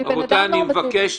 רבותיי, אני מבקש.